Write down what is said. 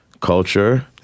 culture